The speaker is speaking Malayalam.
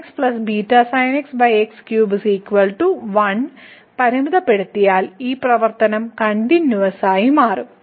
ഈ x → 0 1 പരിമിതപ്പെടുത്തിയാൽ ഈ പ്രവർത്തനം കണ്ടിന്യൂവസ് ആയ മാറും